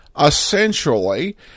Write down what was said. Essentially